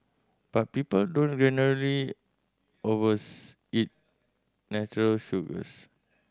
but people don't generally overs eat natural sugars